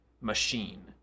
machine